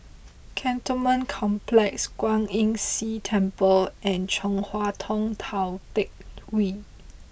Cantonment Complex Kwan Imm See Temple and Chong Hua Tong Tou Teck Hwee